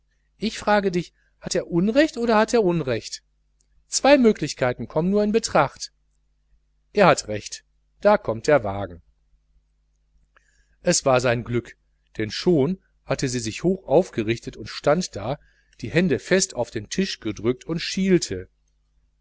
ich frage dich hat er unrecht oder hat er unrecht zwei möglichkeiten kommen nur in betracht er hat recht da kommt der wagen es war sein glück denn schon hatte sie sich hochaufgerichtet und stand da die hände fest auf tisch gedrückt und schielte